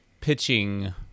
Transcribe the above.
pitching